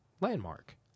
landmark